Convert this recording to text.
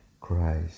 Christ